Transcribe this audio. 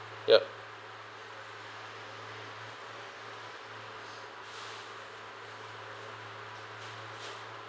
yup